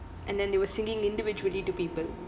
and then they were singing individually to people